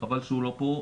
חבל שהוא לא פה,